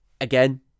again